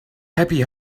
happy